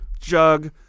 jug